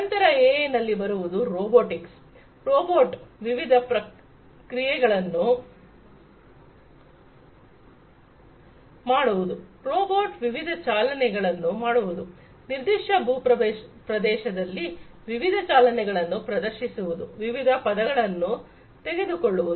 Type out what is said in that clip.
ನಂತರ ಎಐ ನಲ್ಲಿ ಬರುವುದು ರೋಬೋಟಿಕ್ಸ್ ರೋಬೋಟ್ ವಿವಿಧ ಕ್ರಿಯೆಗಳನ್ನು ಮಾಡುವುದು ರೋಬೋಟ್ ವಿವಿಧ ಚಲನೆಗಳನ್ನು ಮಾಡುವುದು ನಿರ್ದಿಷ್ಟ ಭೂಪ್ರದೇಶದಲ್ಲಿ ವಿವಿಧ ಚಲನೆಗಳನ್ನು ಪ್ರದರ್ಶಿಸುವುದು ವಿವಿಧ ಪದಗಳನ್ನು ತೆಗೆದುಕೊಳ್ಳುವುದು